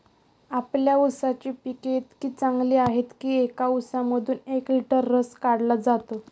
आपल्या ऊसाची पिके इतकी चांगली आहेत की एका ऊसामधून एक लिटर रस काढला जातो